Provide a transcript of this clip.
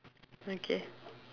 okay